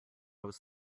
was